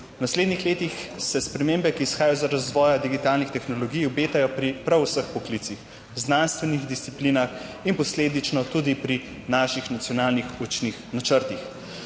V naslednjih letih se spremembe, ki izhajajo iz razvoja digitalnih tehnologij, obetajo pri prav vseh poklicih, znanstvenih disciplinah in posledično tudi pri naših nacionalnih učnih načrtih.